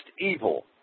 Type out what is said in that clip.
evil